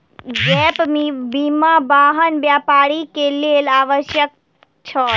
gap बीमा, वाहन व्यापारी के लेल आवश्यक छल